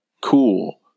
cool